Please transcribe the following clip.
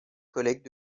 collègues